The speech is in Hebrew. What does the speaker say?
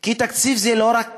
כי תקציב זה לא רק כסף,